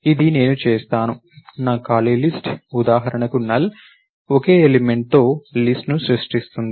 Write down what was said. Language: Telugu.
ఇది నేను చేస్తాను నా ఖాళీ లిస్ట్ ఉదాహరణకు నల్ ఒకే ఎలిమెంట్ తో లిస్ట్ ను సృష్టిస్తుంది